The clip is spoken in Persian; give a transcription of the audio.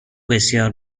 بسیار